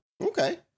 Okay